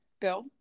Bill